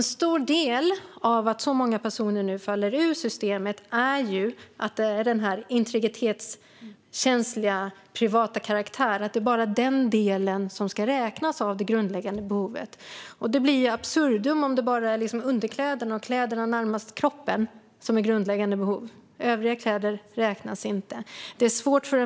En stor del i att många personer nu faller ur systemet är att det bara är den integritetskänsliga, privata delen som ska räknas till det grundläggande behovet. Det blir absurt om det bara är underkläderna och kläderna närmast kroppen som är grundläggande behov medan övriga kläder inte räknas.